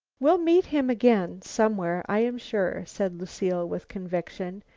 we'll meet him again somewhere, i am sure, said lucile with conviction,